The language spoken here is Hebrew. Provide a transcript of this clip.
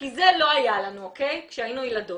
זה לא היה לנו כשהיינו ילדות.